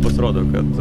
pasirodo kad